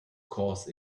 course